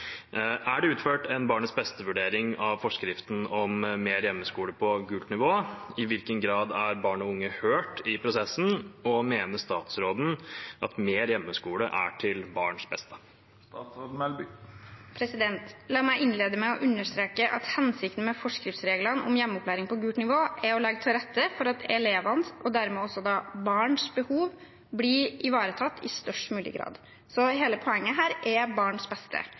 Er det utført en «barnets beste-vurdering» av forskriften om mer hjemmeskole på gult nivå, i hvilken grad er barn og unge hørt i prosessen, og mener statsråden mer hjemmeskole er til barns beste?» La meg innlede med å understreke at hensikten med forskriftsreglene om hjemmeopplæring på gult nivå er å legge til rette for at elevenes behov – og dermed også barns behov – blir ivaretatt i størst mulig grad. Så hele poenget er hensynet til barns beste.